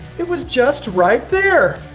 it was just right there!